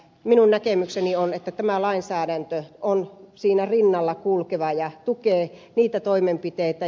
minun näkemykseni on että tämä lainsäädäntö on siinä rinnalla kulkeva ja tukee niitä toimenpiteitä